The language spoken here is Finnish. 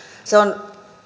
se on